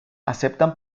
aceptan